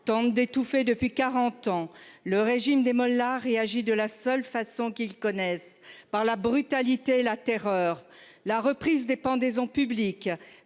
tente d'étouffer depuis 40 ans, le régime des mollahs réagit de la seule façon qu'ils connaissent par la brutalité, la terreur, la reprise des pendaisons publiques